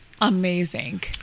Amazing